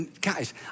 guys